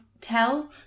tell